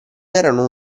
erano